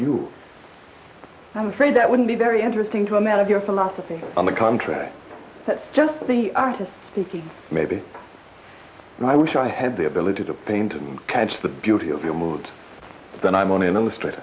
you i'm afraid that wouldn't be very interesting to a man of your philosophy on the contrary that's just the artist speaking maybe i wish i had the ability to paint and catch the beauty of your mood then i'm only an illustr